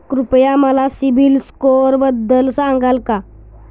कृपया मला सीबील स्कोअरबद्दल सांगाल का?